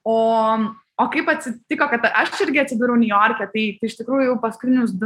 o o kaip atsitiko kad aš irgi atsidūriau niujorke tai tai iš tikrųjų jau paskutinius du